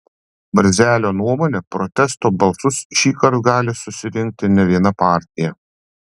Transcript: barzelio nuomone protesto balsus šįkart gali susirinkti ne viena partija